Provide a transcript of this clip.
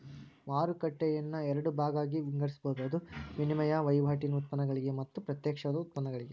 ಮಾರುಕಟ್ಟೆಯನ್ನ ಎರಡ ಭಾಗಾಗಿ ವಿಂಗಡಿಸ್ಬೊದ್, ಅದು ವಿನಿಮಯ ವಹಿವಾಟಿನ್ ಉತ್ಪನ್ನಗಳಿಗೆ ಮತ್ತ ಪ್ರತ್ಯಕ್ಷವಾದ ಉತ್ಪನ್ನಗಳಿಗೆ